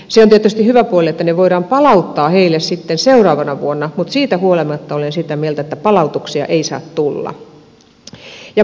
se on tietysti hyvä puoli että ne voidaan palauttaa heille sitten seuraavana vuonna mutta siitä huolimatta olen sitä mieltä että palautuksia ei saa tulla